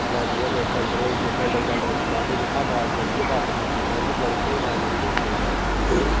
जां जियां कोई टडंल होई गेई टंडल दे अंदर तुस गाह्गे जित्थे अवाज बज्जियै बापस आंदी ओह्दे च बड़ी स्हेई अवाज निकलदी बन्दे दी